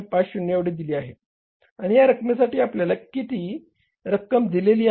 50 एवढी दिलेली आहे आणि या रकमेसाठी आपल्याला किती रक्कम दिलेली आहे